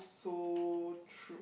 also true